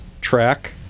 track